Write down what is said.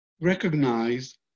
recognize